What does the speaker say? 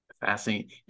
Fascinating